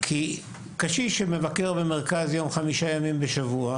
כי קשיש שמבקר במרכז יום במשך חמישה ימים בשבוע,